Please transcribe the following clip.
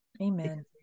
Amen